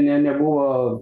ne nebuvo